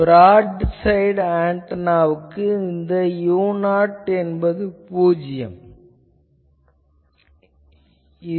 broad side அரேவுக்கு இதன் u0 என்பது பூஜ்யம் எனவேதான் இது இங்கு வருகிறது